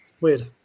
weird